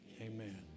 Amen